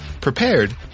prepared